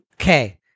Okay